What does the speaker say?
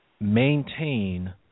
maintain